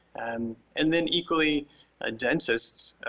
and and then equally a dentist,